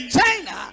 china